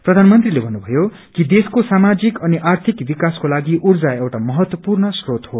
प्रयानमन्त्रीले भन्नुषयो कि देशको सामाजिक अनि आर्थिक विकासकोलागि ऊर्जा एउटा महत्त्वपूर्ण श्रोत हो